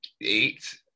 eight